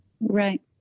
Right